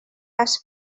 has